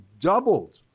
doubled